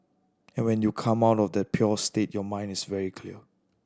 and when you come out of that pure state your mind is very clear